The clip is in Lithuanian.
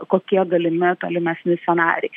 kokie galimi tolimesni scenarijai